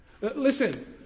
listen